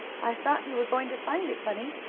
i thought you were going to find it, bunny?